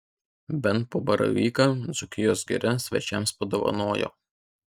bent po baravyką dzūkijos giria svečiams padovanojo